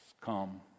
come